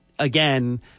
Again